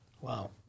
Wow